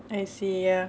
I see ah